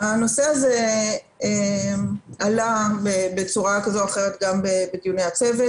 הנושא הזה עלה בצורה כזו או אחרת גם בדיוני הצוות.